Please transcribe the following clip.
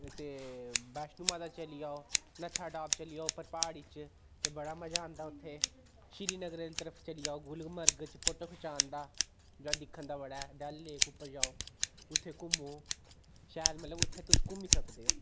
ते वैश्णो माता चली जाओ नत्थाटाप चली जाओ उप्पर प्हाड़ी च ते बड़ा मजा आंदा उत्थें श्रीनगर आह्ली तरफ चली जाओ गुलमर्ग च फोटो खचान दा जां दिक्खन दा बड़ा ऐ डल लेक उप्पर जाओ उत्थै घूमो शैल मतलब उत्थें तुस घूमी सकदे ओ